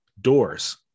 doors